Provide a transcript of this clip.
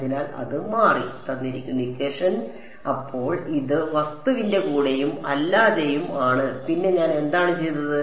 അതിനാൽ അത് മാറി അപ്പോൾ ഇത് വസ്തുവിന്റെ കൂടെയും അല്ലാതെയും ആണ് പിന്നെ ഞാൻ എന്താണ് ചെയ്തത്